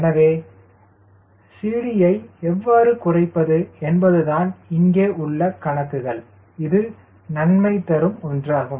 எனவே CD0 ஐ எவ்வாறு குறைப்பது என்பதுதான் இங்கே உள்ள கணக்குகள் இது நன்மை தரும் ஒன்றாகும்